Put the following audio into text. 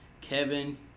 Kevin